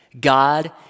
God